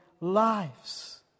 lives